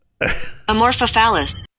Amorphophallus